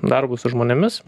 darbui su žmonėmis